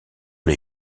les